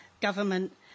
government